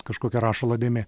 kažkokia rašalo dėmė